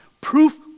proof